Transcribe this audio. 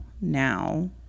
now